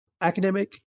academic